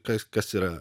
kas kas yra